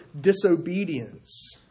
disobedience